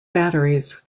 batteries